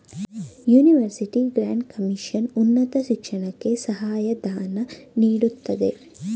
university grant commission ಉನ್ನತ ಶಿಕ್ಷಣಕ್ಕೆ ಸಹಾಯ ಧನ ನೀಡುತ್ತದೆ